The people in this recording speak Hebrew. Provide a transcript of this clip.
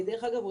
דרך אגב,